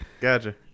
Gotcha